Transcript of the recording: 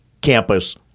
campus